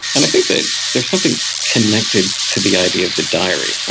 and i think that there's something connected to the idea of the diary.